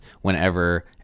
whenever